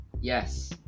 yes